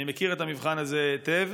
אני מכיר את המבחן הזה היטב,